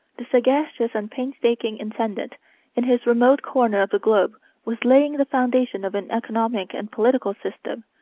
the sagacious and painstaking intendant in his remote corner of the globe was laying the foundations of an economic and political system,